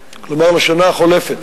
כלומר לשנה החולפת,